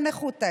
בניחותא,